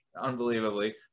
unbelievably